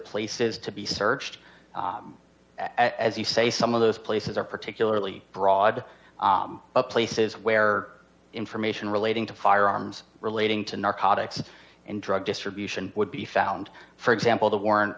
places to be searched as you say some of those places are particularly broad places where information relating to firearms relating to narcotics and drug distribution would be found for example the warrant